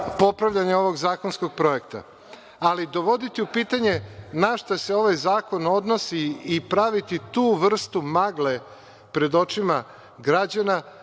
ovog zakonskog projekta, ali dovoditi u pitanje na šta se ovaj zakon donosi i praviti tu vrstu magle pred očima građana